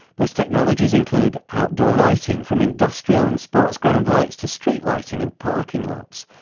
those technologies include outdoor lighting from industrial and sports-ground lights to street lighting and parking lots.